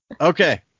okay